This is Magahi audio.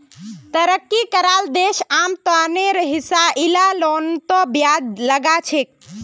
तरक्की कराल देश आम लोनेर हिसा इला लोनतों ब्याज लगाछेक